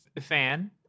fan